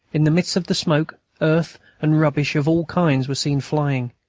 in the midst of the smoke, earth and rubbish of all kinds were seen flying.